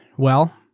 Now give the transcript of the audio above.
well,